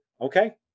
okay